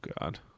god